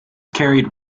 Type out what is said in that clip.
carried